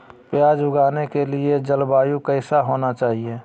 प्याज उगाने के लिए जलवायु कैसा होना चाहिए?